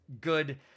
good